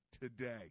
today